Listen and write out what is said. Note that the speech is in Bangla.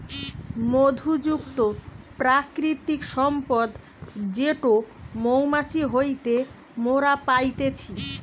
মধু যুক্ত প্রাকৃতিক সম্পদ যেটো মৌমাছি হইতে মোরা পাইতেছি